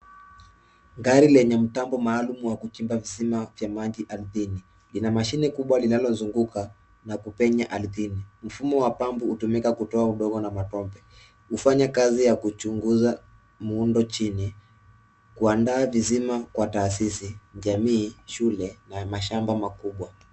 Gari wenye mtambo maalum wa kuchimba visima vya maji, ardhini. Lina mashine kubwa linalozunguka, na kupenya ardini. Mfumo wa pambu hutumika kutoa udongo na matope, hufanya kazi ya kuchunguza muundo chini, kuandaa visima kwa taasisi, jamii, shule, na mashamba makubwa.